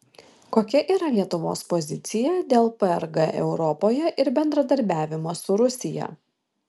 kokia yra lietuvos pozicija dėl prg europoje ir bendradarbiavimo su rusija